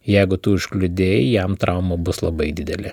jeigu tu užkliudei jam trauma bus labai didelė